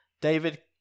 David